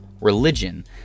religion